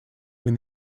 when